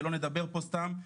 ולא נדבר פה סתם.